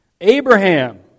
Abraham